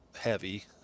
heavy